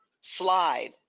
slide